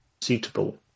suitable